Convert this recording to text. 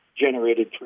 generated